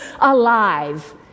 alive